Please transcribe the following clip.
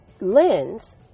lens